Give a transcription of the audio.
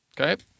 okay